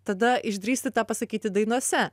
tada išdrįsti tą pasakyti dainose